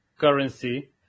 currency